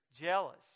jealous